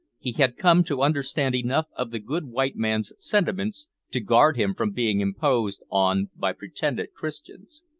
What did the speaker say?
he had come to understand enough of the good white man's sentiments to guard him from being imposed on by pretended christians.